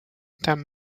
ten